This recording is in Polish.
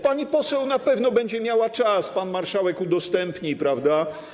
Pani poseł na pewno będzie miała czas, pan marszałek udostępni, prawda?